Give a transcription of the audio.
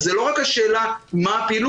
אז זה לא רק השאלה מה הפעילות,